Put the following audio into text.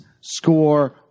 score